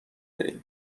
داری